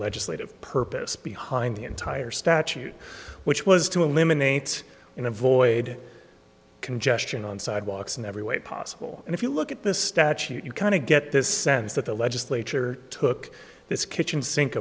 legislative purpose behind the entire statute which was to eliminate and avoid congestion on sidewalks in every way possible and if you look at the statute you kind of get this sense that the legislature took this kitchen sink